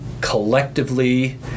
collectively